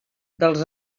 dels